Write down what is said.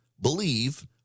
believe